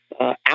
out